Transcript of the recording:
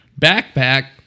backpack